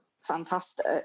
fantastic